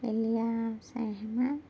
Ilyas Ahmad